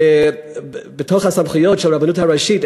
בתוך הסמכויות של הרבנות הראשית,